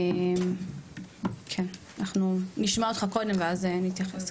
אנחנו נשמע אותך קודם ואז נתייחס.